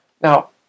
Now